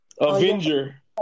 Avenger